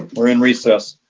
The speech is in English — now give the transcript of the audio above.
we're in recess.